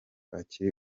akiri